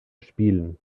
spielen